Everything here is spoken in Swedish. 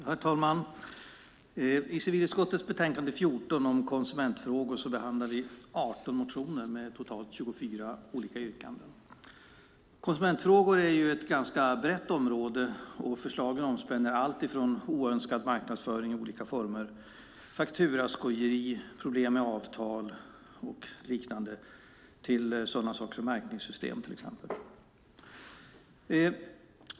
Herr talman! I civilutskottets betänkande 14 om konsumentfrågor behandlas 18 motioner med 24 olika yrkanden. Konsumentfrågor är ett ganska brett område, och förslagen omspänner alltifrån oönskad marknadsföring i olika former, fakturaskojeri, problem med avtal och liknande till sådana saker som märkningssystem.